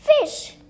fish